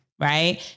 Right